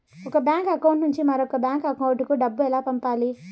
ఒక bank account నుంచి మరొక బ్యాంకు అకౌంట్ కు డబ్బు ఎలా పంపాలి